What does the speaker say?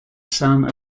son